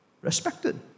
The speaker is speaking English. respected